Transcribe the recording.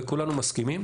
וכולנו מסכימים